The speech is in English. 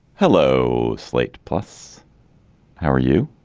hello slate plus how are you